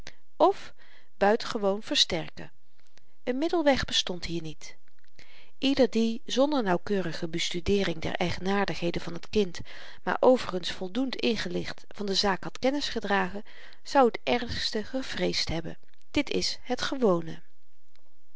f buitengewoon versterken een middelweg bestond hier niet ieder die zonder nauwkeurige bestudeering der eigenaardigheden van t kind maar overigens voldoend ingelicht van de zaak had kennis gedragen zou t ergste gevreesd hebben d i het gewone